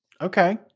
Okay